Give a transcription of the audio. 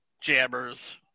Jammers